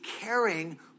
caring